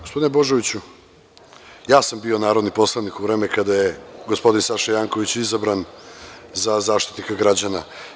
Gospodine Božoviću, ja sam bio narodni poslanik u vreme kada je gospodin Saša Janković izabran za Zaštitnika građana.